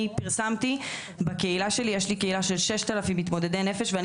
אני פרסמתי בקהילה שלי יש לי קהילה של 6,000 מתמודדי נפש ואני